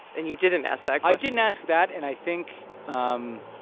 and you didn't ask that. i didn't ask that. and i think um